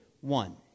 one